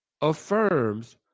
affirms